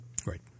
Great